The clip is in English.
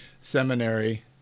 seminary